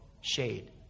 shade